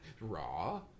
Raw